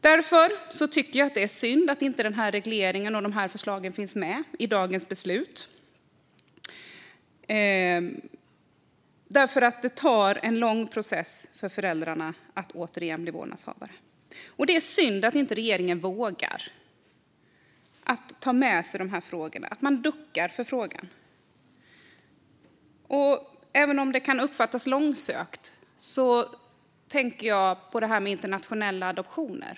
Därför är det synd att inte den här regleringen och dessa förslag finns med i dagens beslut. Det är en lång process för föräldrarna att återigen bli vårdnadshavare, och det är synd att regeringen inte vågar ta med sig dessa frågor utan duckar för detta. Även om det kan uppfattas som långsökt tänkte jag på detta med internationella adoptioner.